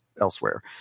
elsewhere